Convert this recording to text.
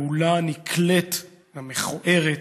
בפעולה הנקלית והמכוערת,